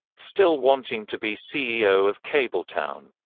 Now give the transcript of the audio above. still wanting to be ceo of kabletown.